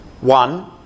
One